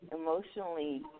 emotionally